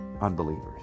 unbelievers